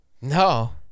No